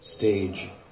stage